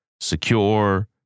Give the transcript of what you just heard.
secure